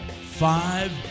Five